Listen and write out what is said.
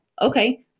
Okay